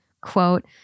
quote